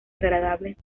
agradables